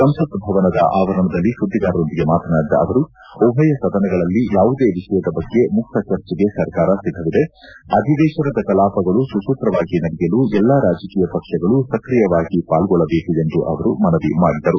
ಸಂಸತ್ ಭವನದ ಆವರಣದಲ್ಲಿ ಸುದ್ದಿಗಾರರೊಂದಿಗೆ ಮಾತನಾಡಿದ ಅವರು ಉಭಯ ಸದನಗಳಲ್ಲಿ ಯಾವುದೇ ವಿಷಯದ ಬಗ್ಗೆ ಮುಕ್ತ ಚರ್ಚೆಗೆ ಸರ್ಕಾರ ಸಿದ್ದವಿದೆ ಅಧಿವೇಶನದ ಕಲಾಪಗಳು ಸುಸೂತ್ರವಾಗಿ ನಡೆಯಲು ಎಲ್ಲಾ ರಾಜಕೀಯ ಪಕ್ಷಗಳು ಸ್ಕ್ರಿಯವಾಗಿ ಪಾಲ್ಗೊಳ್ಳಬೇಕು ಎಂದು ಅವರು ಮನವಿ ಮಾಡಿದರು